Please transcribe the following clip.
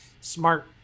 smart